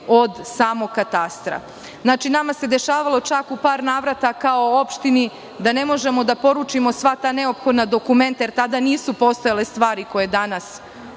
od samog katastra. Znači, nama se dešavalo čak u par navrata, kao opštini, da ne možemo da poručimo sva ta neophodna dokumenta, jer tada nisu postojale stvari koje danas